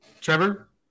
Trevor